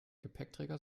gepäckträger